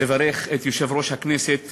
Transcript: לברך את יושב-ראש הכנסת